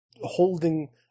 holding